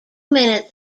minutes